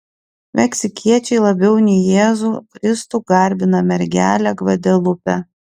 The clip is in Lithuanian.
meksikiečiai labiau nei jėzų kristų garbina mergelę gvadelupę